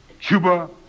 Cuba